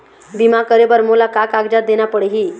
बीमा करे बर मोला का कागजात देना पड़ही?